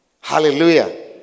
Hallelujah